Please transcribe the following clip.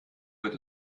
wird